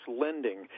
lending